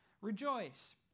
rejoice